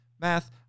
Math